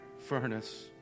furnace